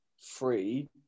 free